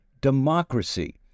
democracy